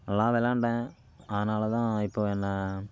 நல்லா விளாண்டேன் அதனால் தான் இப்போது என்ன